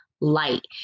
light